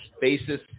basis